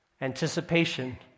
anticipation